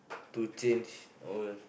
to change over